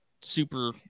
super